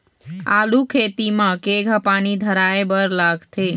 आलू खेती म केघा पानी धराए बर लागथे?